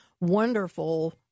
wonderful